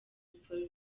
polly